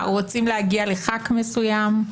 רוצים להגיע לחבר כנסת מסוים?